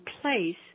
place